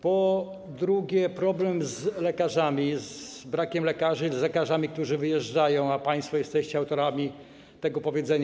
Po drugie, problem z lekarzami, z brakiem lekarzy, z lekarzami, którzy wyjeżdżają, a państwo jesteście autorami tego powiedzenia.